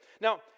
Now